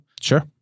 Sure